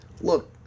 Look